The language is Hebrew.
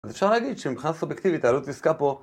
אז אפשר להגיד שמבחינת סובייקטיבית העלות נסקה פה